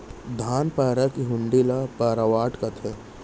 धान पैरा के हुंडी ल पैरावट कथें